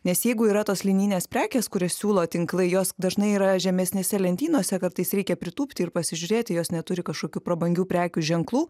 nes jeigu yra tos linijinės prekės kurias siūlo tinklai jos dažnai yra žemesnėse lentynose kartais reikia pritūpti ir pasižiūrėti jos neturi kažkokių prabangių prekių ženklų